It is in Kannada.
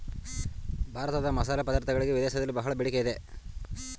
ಭಾರತದ ಮಸಾಲೆ ಪದಾರ್ಥಗಳಿಗೆ ವಿದೇಶದಲ್ಲಿ ಬಹಳ ಬೇಡಿಕೆ ಇದೆ